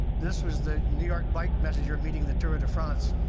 this was the new york bike messenger meeting the tour de france.